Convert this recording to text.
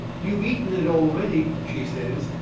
you've eaten it already, she says,